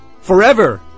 forever